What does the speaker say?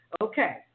Okay